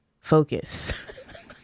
focus